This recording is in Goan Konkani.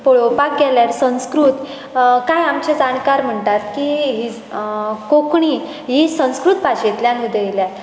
पळोवपाक गेल्यार संस्कृत कांय आमचे जाणकार म्हणटात की कोंकणी ही संस्कृत भाशेंतल्यान उदेल्या